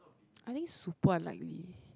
I think super unlikely